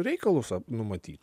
reikalus numatyt